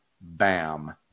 Bam